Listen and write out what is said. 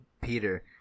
Peter